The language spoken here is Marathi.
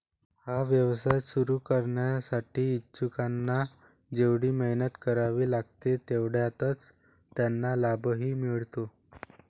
हा व्यवसाय सुरू करण्यासाठी इच्छुकांना जेवढी मेहनत करावी लागते तेवढाच त्यांना लाभही मिळतो